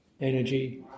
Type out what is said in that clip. energy